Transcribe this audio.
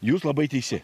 jūs labai teisi